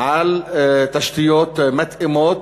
על תשתיות מתאימות,